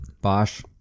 Bosch